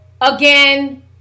again